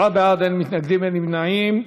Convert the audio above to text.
תשעה בעד, אין מתנגדים, אין נמנעים.